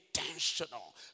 intentional